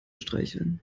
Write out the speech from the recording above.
streicheln